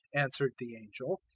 answered the angel,